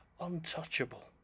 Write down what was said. Untouchable